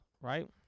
right